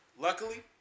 Luckily